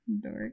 Dork